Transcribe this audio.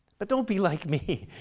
but don't be like me.